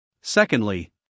Secondly